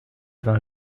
vin